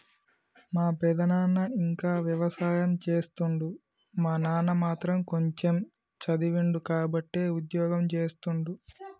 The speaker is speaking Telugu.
మా పెదనాన ఇంకా వ్యవసాయం చేస్తుండు మా నాన్న మాత్రం కొంచెమ్ చదివిండు కాబట్టే ఉద్యోగం చేస్తుండు